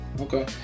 Okay